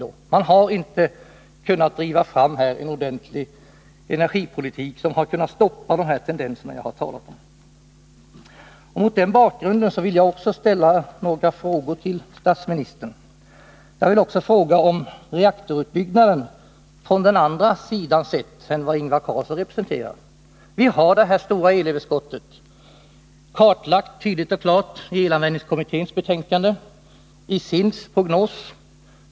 Regeringen har inte kunnat driva en energipolitik som har kunnat stoppa de tendenser som jag har talat om. Mot den bakgrunden vill jag ställa några frågor till statsministern. Jag vill fråga om reaktorutbyggnaden men från en annan ståndpunkt än den Ingvar Carlsson representerar. Vi har detta stora elöverskott kartlagt tydligt och klart i elanvändningskommitténs betänkande och i SIND:s prognos.